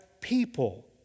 people